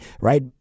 right